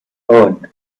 earned